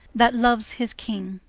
that loues his king